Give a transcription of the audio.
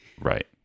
right